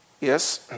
Yes